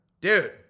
dude